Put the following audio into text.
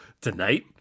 tonight